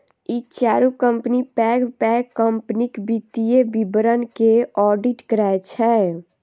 ई चारू कंपनी पैघ पैघ कंपनीक वित्तीय विवरण के ऑडिट करै छै